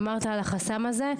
אמרת על החסם הזה,